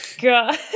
god